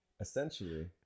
essentially